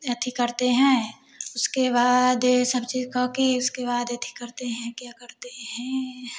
अथि करते हैं उसके बाद सब चीज़ कहके उसके बाद अथि करते हैं क्या करते हैं